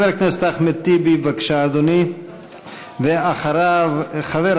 חבר הכנסת אחמד טיבי, בבקשה, אדוני, ואחריו, חבר